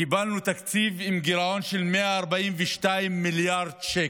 קיבלנו תקציב עם גירעון של 142 מיליארד שקל.